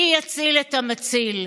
מי יציל את המציל?